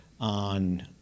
On